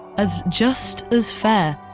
as just as fair,